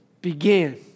began